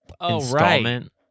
installment